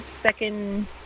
second